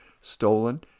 stolen